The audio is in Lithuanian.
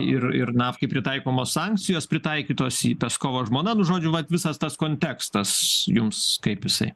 ir ir nafkai pritaikomos sankcijos pritaikytos peskovo žmona nu žodžiu vat visas tas kontekstas jums kaip jisai